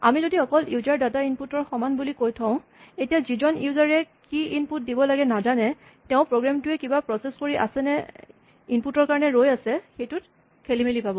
আমি যদি অকল ইউজাৰ ডাটা ইনপুট ৰ সমান বুলি কৈ থওঁ এতিয়া যিজন ইউজাৰ এ কি ইনপুট দিব লাগে নাজানে তেওঁ প্ৰগ্ৰেম টোৱে কিবা প্ৰছেচ কৰি আছে নে ইনপুট ৰ কাৰণে ৰৈ আছে সেইটোত খেলিমেলি পাব